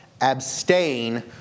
abstain